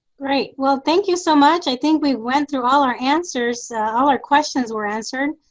great. well, thank you so much. i think we went through all our answers. so all our questions were answered.